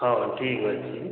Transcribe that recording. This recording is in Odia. ହଉ ଠିକ୍ ଅଛି